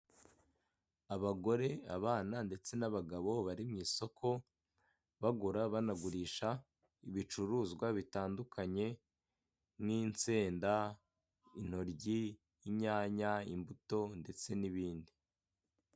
Abagore, abana, ndetse n'abagabo, bari mu isoko, bagura banagurisha ibicuruzwa bitandukanye, nk'insenda, intoryi, inyanya, imbuto, ndetse n'ibindi.